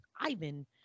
Ivan